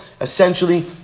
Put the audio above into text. essentially